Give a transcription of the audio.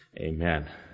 Amen